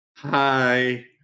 Hi